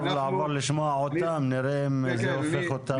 לעבור לשמוע אותם ונראה אם זה הופך אותם...